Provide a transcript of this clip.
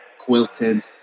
quilted